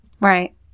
Right